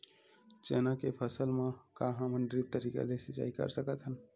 चना के फसल म का हमन ड्रिप तरीका ले सिचाई कर सकत हन?